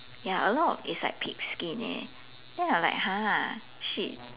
ya a lot is like pig skin leh then I like !huh! shit